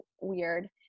weird